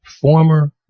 former